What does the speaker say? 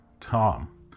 Tom